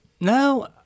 No